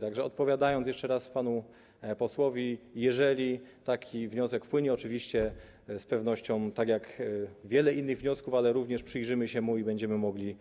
Tak że odpowiadając jeszcze raz panu posłowi, jeżeli taki wniosek wpłynie, oczywiście z pewnością, tak jak wiele innych wniosków, również przyjrzymy się mu i będziemy mogli